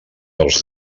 els